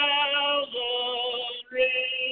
Calvary